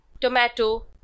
tomato